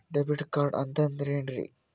Debit card ಅಂತಂದ್ರೆ ಏನ್ರೀ?